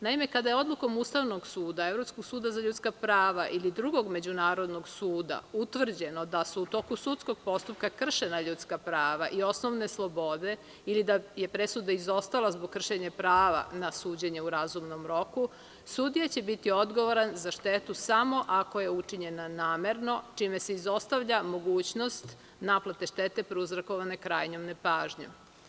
Naime, kada je odlukom Ustavnog suda, Evropskog suda za ljudska prava ili drugog međunarodnog suda utvrđeno da su u toku sudskog postupka kršena ljudska prava i osnovne slobode ili da je presuda izostala zbog kršenja prava na suđenje u razumnom roku, sudija će biti odgovoran za štetu samo ako je učinjena namerno, čime se izostavlja mogućnost naplate štete prouzrokovane krajnjom nepažnjom.